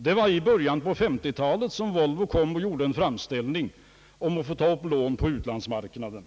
Det var i början på 1950-talet som Volvo gjorde en framställning om att få ta upp lån på utlandsmarknaden.